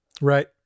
Right